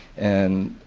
and,